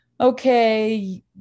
okay